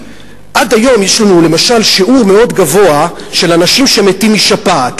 עד היום יש למשל שיעור מאוד גבוה של אנשים שמתים משפעת.